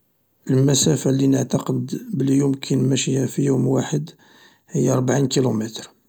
المسافة اللي نعتقد بلي يمكن مشيها في يوم واحد هي ربعين كيلومتر.